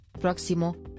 próximo